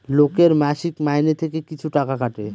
লোকের মাসিক মাইনে থেকে কিছু টাকা কাটে